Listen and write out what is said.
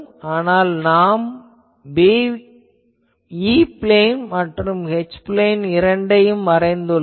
ஆனால் நாம் E plane மற்றும் H பிளேன் இரண்டையும் வரைந்துள்ளோம்